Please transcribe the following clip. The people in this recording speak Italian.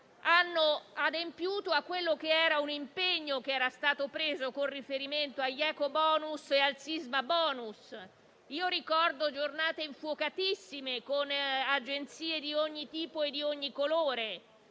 hanno adempiuto a un impegno che era stato preso con riferimento agli ecobonus e al sismabonus. Ricordo giornate infuocatissime, con agenzie di ogni tipo e colore.